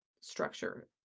structure